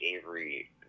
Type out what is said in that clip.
Avery